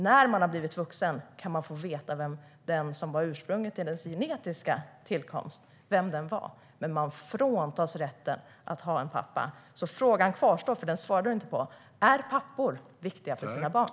När man blivit vuxen kan man få veta vem som var ursprunget till ens genetiska ursprung, men man fråntas rätten att ha en pappa. Så frågan kvarstår, för den svarade du inte på: Är pappor viktiga för sina barn?